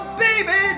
baby